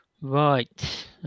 Right